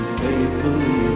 faithfully